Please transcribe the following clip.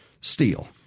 steel